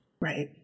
Right